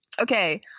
Okay